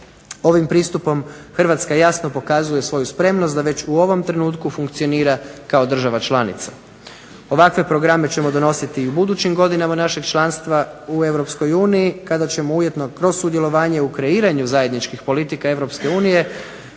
Ovim pristupom Hrvatska jasno pokazuje svoju spremnost da već u ovom trenutku funkcionira kao država članica. Ovakve programe ćemo donositi i u budućim godinama našeg članstva u Europskoj uniji kada ćemo ujedno kroz sudjelovanje u kreiranju zajedničkih politika